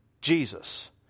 Jesus